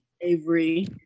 Avery